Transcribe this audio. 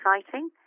exciting